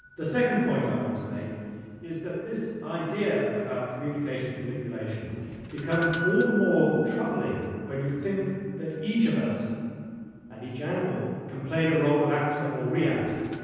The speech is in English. the second point i want to make is that this idea about communications manipulation becomes all the more troubling when you think that each of us and each animal can play the role of actor or re-actor.